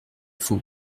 faux